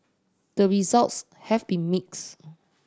the results have been mixed